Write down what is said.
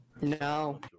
No